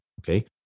Okay